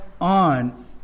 on